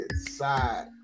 side